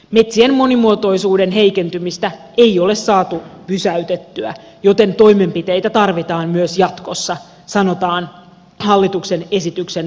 metsien monimuotoisuuden heikentymistä ei ole saatu pysäytettyä joten toimenpiteitä tarvitaan myös jatkossa sanotaan hallituksen esityksen perusteluissa